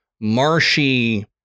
marshy